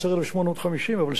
אבל שיא הביקוש גם כן עלה: